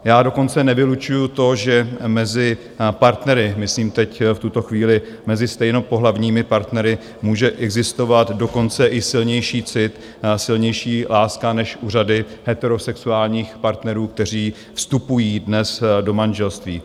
Já dokonce nevylučuju to, že mezi partnery, myslím teď v tuto chvíli mezi stejnopohlavními partnery, může existovat dokonce i silnější cit, silnější láska než u řady heterosexuálních partnerů, kteří vstupují dnes do manželství.